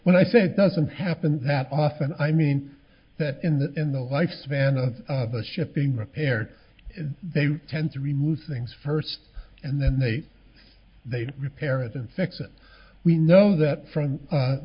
when i think doesn't happen that often i mean that in the in the lifespan of the ship being repaired they tend to remove things first and then they they repair it and fix it we know that from